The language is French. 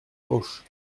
auch